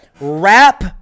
wrap